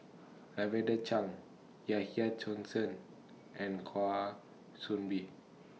Lavender Chang Yahya Cohen and Kwa Soon Bee